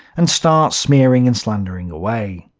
and start smearing and slandering away.